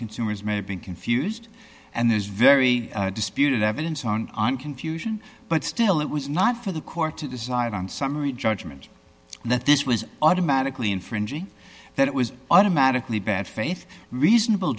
consumers may have been confused and there's very disputed evidence on an confusion but still it was not for the court to decide on summary judgment that this was automatically infringing that it was automatically bad faith reasonable